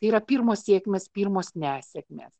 yra pirmos sėkmės pirmos nesėkmės